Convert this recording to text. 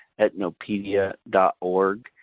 ethnopedia.org